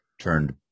turned